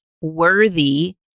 worthy